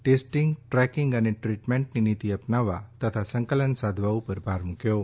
testing tracking અને ટ્રિટમેન્ટની નીતિ અપનાવવા તથા સંકલન સાધવા ઉપર ભાર મૂક્યો છે